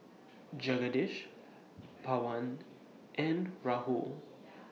Jagadish Pawan and Rahul